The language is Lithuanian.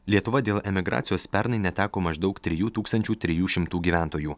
lietuva dėl emigracijos pernai neteko maždaug trijų tūkstančių trijų šimtų gyventojų